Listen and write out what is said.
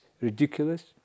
ridiculous